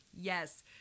Yes